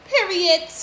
Period